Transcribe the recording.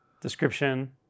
description